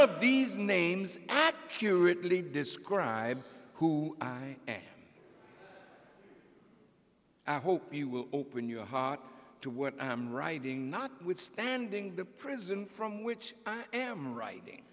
of these names accurately describe who and i hope you will open your heart to what i am writing notwithstanding the prison from which i am writing